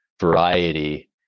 variety